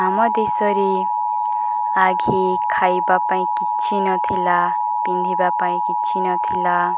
ଆମ ଦେଶରେ ଆଗେ ଖାଇବା ପାଇଁ କିଛି ନଥିଲା ପିନ୍ଧିବା ପାଇଁ କିଛି ନଥିଲା